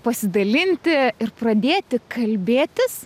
pasidalinti ir pradėti kalbėtis